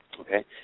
Okay